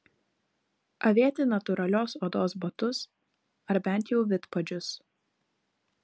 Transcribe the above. avėti natūralios odos batus ar bent jau vidpadžius